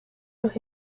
los